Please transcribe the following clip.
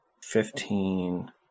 fifteen